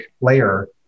layer